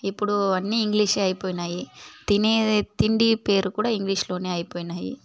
ఇప్పుడు అన్నీ ఇంగ్లీషే అయిపోయినాయి తినే తిండి పేరు కూడా ఇంగ్లీష్లోనే అయిపోయినాయి